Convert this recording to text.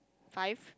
five